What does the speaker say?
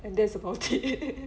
and that's about it